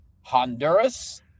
Honduras